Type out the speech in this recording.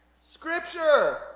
Scripture